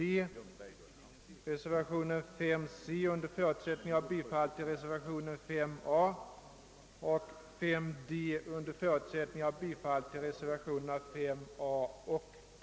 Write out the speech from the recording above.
Detta gäller för reservationen 3 c under förutsättning av bifall till reservationen 5 a och för reservationen 5 d under förutsättning av bifall till reservationerna 3 a och b.